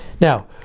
Now